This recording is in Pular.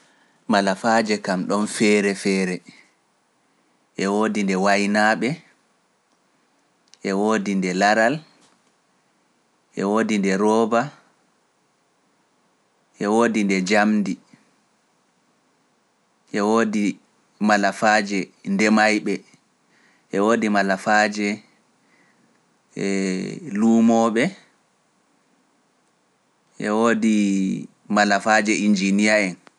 Malafaaje kam ɗoon feere feere e woodi nde waynaaɓe, e woodi nde laral, e woodi nde rooba, e woodi nde jamndi, e woodi malafaaje ndemayɓe, e woodi malafaaje luumooɓe, e woodi malafaaje e luumooɓe. E woodi malafaaji njinniya en.